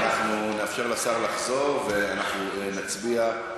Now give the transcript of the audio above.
אנחנו נאפשר לשר לחזור, ואנחנו נצביע,